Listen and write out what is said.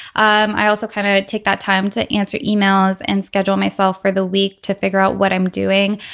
um i also kind of take that time to answer emails and schedule myself for the week to figure out what i'm doing.